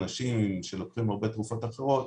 לאנשים שלוקחים הרבה תרופות אחרות,